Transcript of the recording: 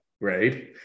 right